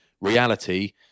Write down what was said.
reality